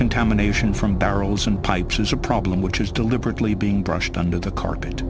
contamination from barrels and pipes is a problem which is deliberately being brushed under the carpet